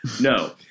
No